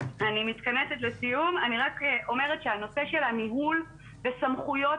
אני רק אומרת שהנושא של הניהול וסמכויות